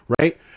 right